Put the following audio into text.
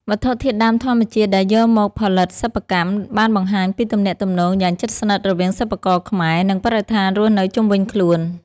វត្ថុធាតុដើមធម្មជាតិដែលយកមកផលិតសិប្បកម្ម បានបង្ហាញពីទំនាក់ទំនងយ៉ាងជិតស្និទ្ធរវាងសិប្បករខ្មែរ និងបរិស្ថានរស់នៅជុំវិញខ្លួន។